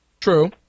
True